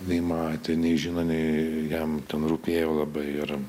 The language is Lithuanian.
nei matė nei žino nei jam ten rūpėjo labai ir